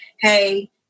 hey